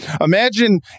Imagine